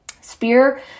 Spear